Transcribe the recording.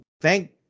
thank